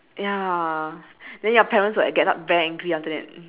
ya then your parents will get up very angry after that